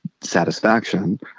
satisfaction